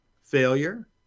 failure